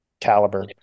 caliber